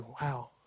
wow